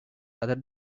other